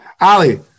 Ali